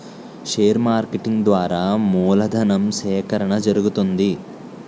share marketing ద్వారా మూలధను సేకరణ జరుగుతుంది